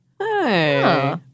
Hey